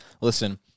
Listen